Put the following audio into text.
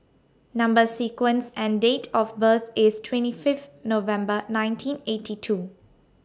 Number sequence and Date of birth IS twenty Fifth November nineteen eighty two